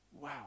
Wow